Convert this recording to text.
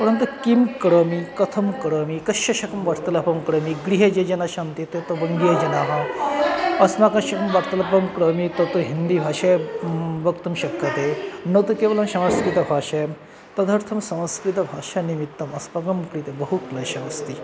परन्तु किं करोमि कथं करोमि कस्य साकं वार्तलापं करोमि गृहे ये जनाः सन्ति ते तु वङ्गीयजनाः अस्माकं वार्तालापं करोमि तत् हिन्दीभाषया वक्तुं शक्यते न तु केवलं संस्कृतभाषायां तदर्थं संस्कृतभाषानिमित्तम् अस्माकं कृते बहुक्लेशः अस्ति